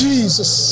Jesus